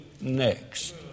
next